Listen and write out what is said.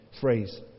phrase